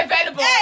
available